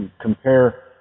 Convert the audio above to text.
compare